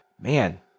man